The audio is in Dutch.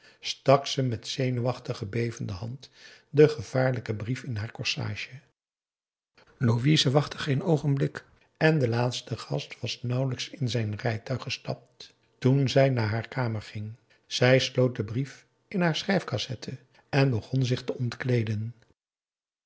met zenuwachtig bevende hand den gevaarlijken brief in haar corsage louise wachtte geen oogenblik en de laatste gast was nauwelijks in zijn rijtuig gestapt toen zij naar haar kamer ging zij sloot den brief in haar schrijfcassette p a daum hoe hij raad van indië werd onder ps maurits en begon zich te ontkleeden